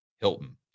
Hilton